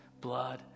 blood